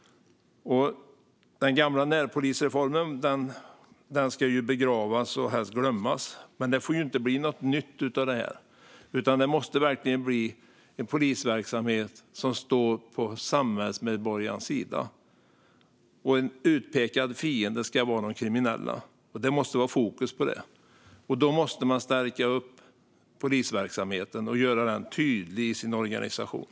Den gamla närpolisreformen ska begravas och helst glömmas, men det får inte bli något nytt av detta. Det måste verkligen bli en polisverksamhet som står på samhällsmedborgarens sida. En utpekad fiende ska vara de kriminella. Det måste vara fokus på det. Då måste man stärka polisverksamheten och göra den tydlig i sin organisation.